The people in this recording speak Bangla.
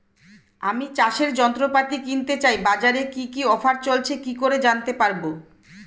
আমি চাষের যন্ত্রপাতি কিনতে চাই বাজারে কি কি অফার চলছে কি করে জানতে পারবো?